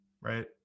right